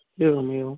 एवम् एवं